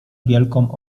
wielką